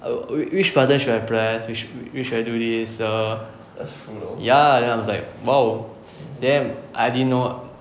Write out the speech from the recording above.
err whic~ which button should I press which which should I do this err ya then I was like !wow! damn I didn't know